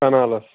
کَنالَس